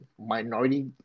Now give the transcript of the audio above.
minority